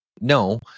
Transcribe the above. No